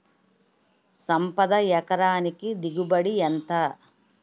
సంపద ఎకరానికి దిగుబడి ఎంత?